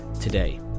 today